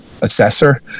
assessor